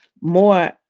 more